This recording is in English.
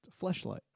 Fleshlight